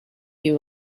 you